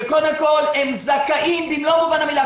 שקודם כול הם זכאים במלוא מובן המילה,